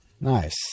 nice